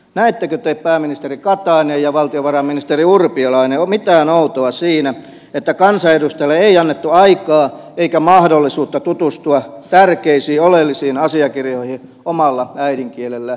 näettekö te pääministeri katainen ja valtiovarainministeri urpilainen mitään outoa siinä että kansanedustajille ei annettu aikaa eikä mahdollisuutta tutustua tärkeisiin oleellisiin asiakirjoihin omalla äidinkielellään